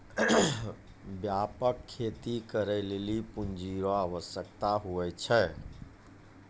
व्यापक खेती करै लेली पूँजी रो आवश्यकता हुवै छै